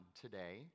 today